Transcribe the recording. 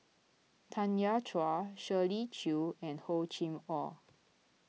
Tanya Chua Shirley Chew and Hor Chim or